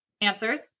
answers